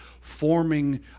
forming